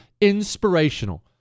inspirational